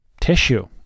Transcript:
tissue